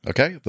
Okay